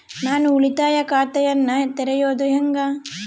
ನಾನು ಉಳಿತಾಯ ಖಾತೆಯನ್ನ ತೆರೆಯೋದು ಹೆಂಗ?